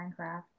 minecraft